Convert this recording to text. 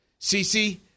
CC